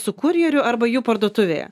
su kurjeriu arba jų parduotuvėje